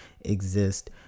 exist